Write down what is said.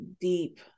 deep